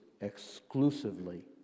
exclusively